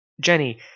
Jenny